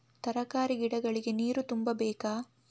ತರಕಾರಿ ಗಿಡಗಳಿಗೆ ನೀರು ತುಂಬಬೇಕಾ?